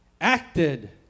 acted